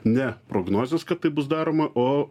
ne prognozės kad tai bus daroma o